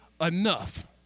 enough